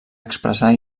expressar